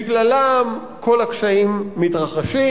בגללם כל הקשיים מתרחשים,